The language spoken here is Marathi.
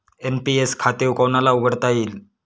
एन.पी.एस खाते कोणाला उघडता येईल?